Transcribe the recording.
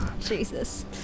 Jesus